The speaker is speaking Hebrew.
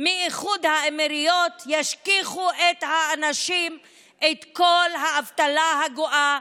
מאיחוד האמירויות ישכיחו מהאנשים את כל האבטלה הגואה,